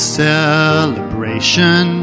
celebration